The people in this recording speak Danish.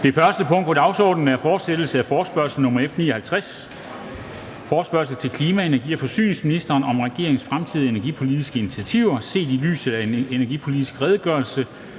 Det første punkt på dagsordenen er: 1) Fortsættelse af forespørgsel nr. F 59 [afstemning]: Forespørgsel til klima-, energi- og forsyningsministeren om regeringens fremtidige energipolitiske initiativer set i lyset af den energipolitiske redegørelse.